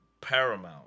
paramount